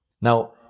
Now